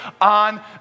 on